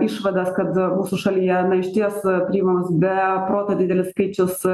išvadas kad mūsų šalyje iš ties priimamas be proto didelis skaičius